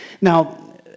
Now